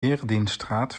eredienststraat